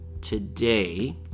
today